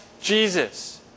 Jesus